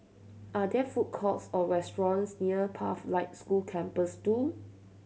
are there food courts or restaurants near Pathlight School Campus Two